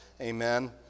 Amen